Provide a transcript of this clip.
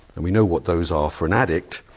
and we know what those are for an addict,